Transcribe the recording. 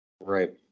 Right